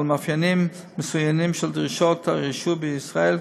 מאפיינים מסוימים של דרישות הרישוי בישראל,